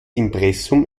impressum